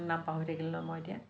নাম পাহৰি থাকিলোঁ নহয় মই এতিয়া